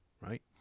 right